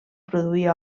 produir